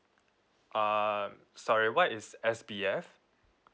uh sorry what is S_B_F